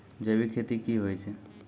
जैविक खेती की होय छै?